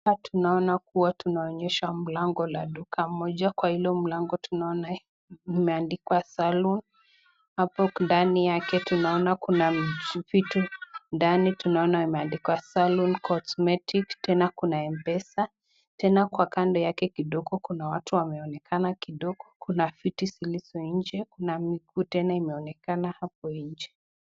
Hapa tunaona kuwa tunaonyeshwa mlango la duka moja. Kwa hilo mlango tunaona imeandikwa salon , hapo ndani yake tunaona kuna vitu, ndani tunaona imeandikwa salon Cosmestics tena kuna M-pesa, tena kwa kando yake kidogo kuna watu wameonekana kidogo, kuna viti ziko nje na miguu tena imeonekana hapo nje.